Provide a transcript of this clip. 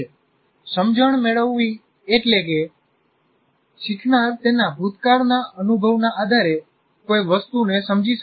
સમજણ મેળવવી એટલે કે કે શીખનાર તેના ભૂતકાળના અનુભવના આધારે કોઈ વસ્તુને સમજી શકે છે